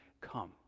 come